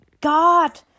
God